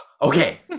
Okay